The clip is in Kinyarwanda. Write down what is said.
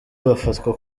bafatwa